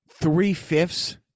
Three-fifths